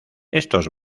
estos